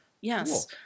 Yes